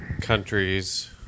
countries